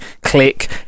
Click